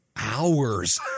hours